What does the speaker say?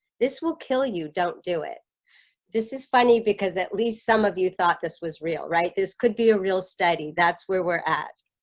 this will kill you don't do it this is funny because at least some of you thought this was real right? this could be a real study. that's where we're at